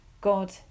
God